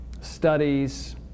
studies